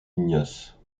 ignace